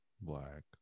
Black